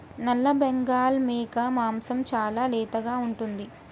నల్లబెంగాల్ మేక మాంసం చాలా లేతగా ఉంటుంది